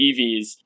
EVs